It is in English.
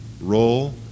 roll